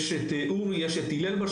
יש בשטח את אורי ואת הלל.